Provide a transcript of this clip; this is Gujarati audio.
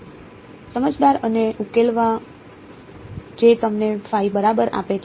સમજદાર અને ઉકેલવા જે તમને phi બરાબર આપે છે